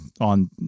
on